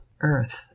earth